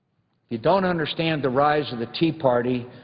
you don't understand the rise of the tea party,